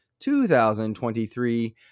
2023